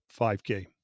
5K